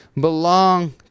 belong